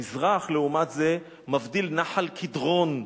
במזרח, לעומת זה, מבדיל נחל קדרון,